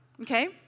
Okay